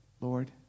Lord